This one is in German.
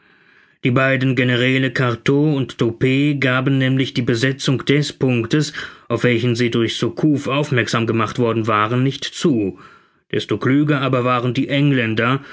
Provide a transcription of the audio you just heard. die beiden generäle cartaux und doppet gaben nämlich die besetzung des punktes auf welchen sie durch surcouf aufmerksam gemacht worden waren nicht zu desto klüger aber waren die engländer